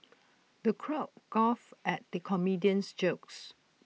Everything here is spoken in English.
the crowd guffawed at the comedian's jokes